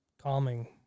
calming